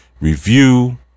review